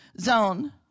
zone